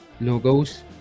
logos